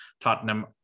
Tottenham